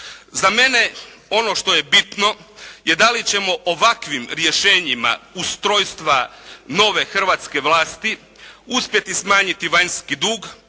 Za mene ono što je bitno je da li ćemo ovakvim rješenjima ustrojstva nove hrvatske vlasti uspjeti smanjiti vanjski dug?